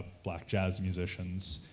black jazz musicians,